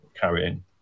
carrying